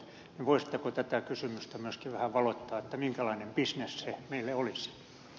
muistatko tätä kysymystä myöskin vähän valottaa minkälainen bisnes viive olis